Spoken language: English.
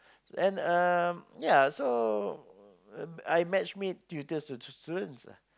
then um ya so I matchmade tutors to students lah